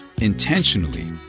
intentionally